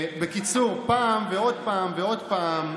בקיצור, פעם ועוד פעם ועוד פעם.